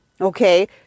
okay